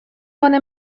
کنه